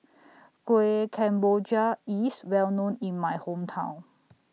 Kuih Kemboja IS Well known in My Hometown